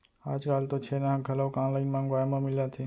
आजकाल तो छेना ह घलोक ऑनलाइन मंगवाए म मिलत हे